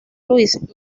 luis